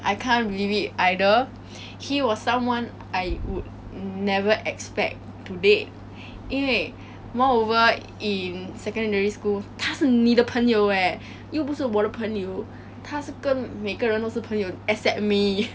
I can't believe it either he was someone I would never expect to date eh moreover in secondary school 他是你的朋友 eh 又不是我的朋友他是跟每个人都是朋友 except me